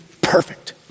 perfect